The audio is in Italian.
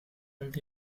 gli